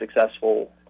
successful